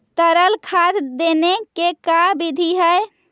तरल खाद देने के का बिधि है?